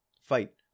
Fight